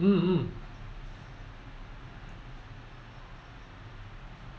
mm mm